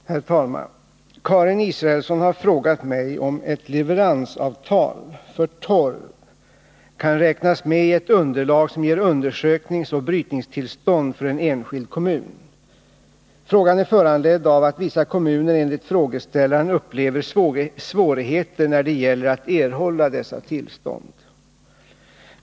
Herr talman! Karin Israelsson har frågat mig om ett leveransavtal för torv kan räknas med i ett underlag som ger undersökningsoch brytningstillstånd för en enskild kommun. Frågan är föranledd av att vissa kommuner enligt frågeställaren upplever svårigheter när det gäller att erhålla dessa tillstånd.